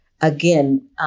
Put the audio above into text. again